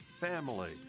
Family